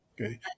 Okay